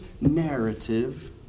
narrative